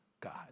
God